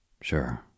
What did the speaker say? Sure